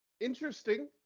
Interesting